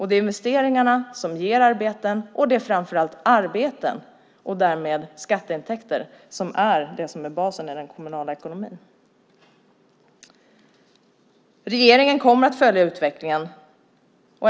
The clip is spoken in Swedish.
Det är investeringarna som ger arbeten, och det är framför allt arbeten och därmed skatteintäkter som är basen i den kommunala ekonomin. Regeringen kommer att följa utvecklingen.